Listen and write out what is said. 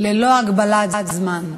ללא הגבלת זמן.